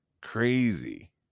crazy